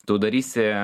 tu darysi